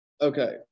Okay